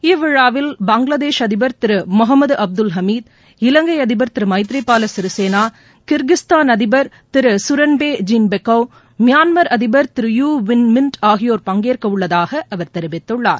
இவ்விழாவில் பங்களாதேஷ் அதிபர் திரு முகமது அப்துல் ஹமீத் இலங்கை அதிபர் திரு மைத்ரி பால சிறிசேனா கிர்கிஸ்தான் அதிபா் திரு கரன்பே ஜீன்பெக்கோவ் மியான்மர் அதிபா் திரு யூ வின் மின்ட் ஆகியோர் பங்கேற்கவுள்ளதாக அவர் தெரிவித்துள்ளார்